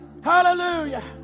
Hallelujah